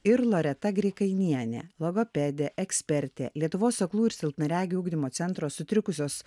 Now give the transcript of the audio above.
ir loreta grikainienė logopedė ekspertė lietuvos aklųjų ir silpnaregių ugdymo centro sutrikusios